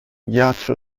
ghiaccio